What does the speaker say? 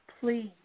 please